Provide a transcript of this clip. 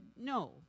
no